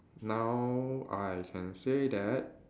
now I can say that